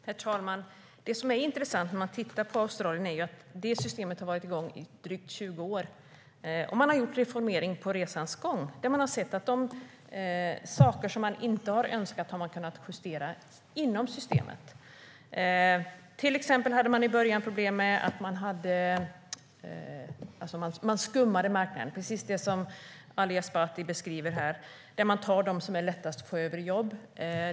Herr talman! Det som är intressant med Australien är ju att det systemet har tillämpats i drygt 20 år. Man har reformerat det under resans gång. De saker som man inte har önskat har man kunnat justera inom systemet. I början hade man till exempel problem med att marknaden skummades, precis som Ali Esbati beskriver. Man tar sig an dem som har det lättast att få jobb.